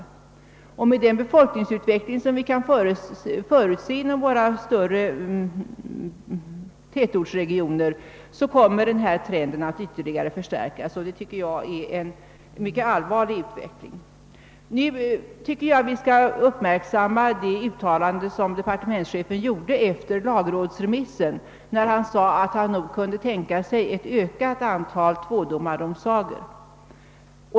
Med den befolkningsutveckling som kan förutses inom våra större tätortsregioner kommer denna trend att ytterligare förstärkas, och det tycker jag är en mycket allvarlig utveckling. Nu anser jag att vi bör uppmärksamma det uttalande som departementschefen gjorde efter lagrådsremissen, att han kunde tänka sig ett ökat antal tvådomardomsagor.